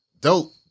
dope